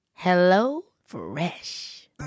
HelloFresh